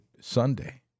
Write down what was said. Sunday